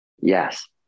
Yes